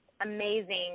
amazing